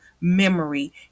memory